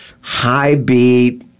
high-beat